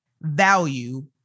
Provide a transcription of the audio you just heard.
value